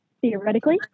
theoretically